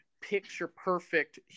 picture-perfect